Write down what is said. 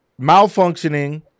Malfunctioning